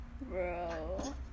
Bro